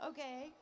Okay